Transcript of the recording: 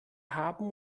haben